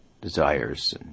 desires